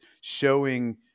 showing